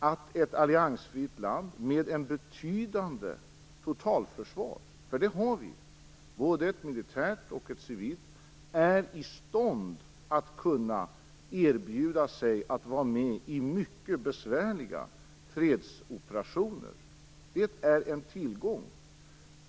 Att ett alliansfritt land med ett betydande totalförsvar - för det har vi, både militärt och civilt - är i stånd att kunna erbjuda sig att vara med i mycket besvärliga fredsoperationer är en tillgång.